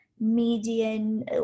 median